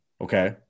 Okay